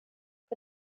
for